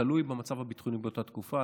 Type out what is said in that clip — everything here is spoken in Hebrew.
תלוי במצב הביטחוני באותה תקופה,